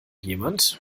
jemand